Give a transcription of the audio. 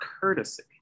courtesy